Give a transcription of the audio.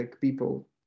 people